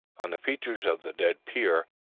on the features of the dead peer.